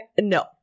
no